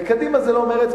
וקדימה זה לא מרצ,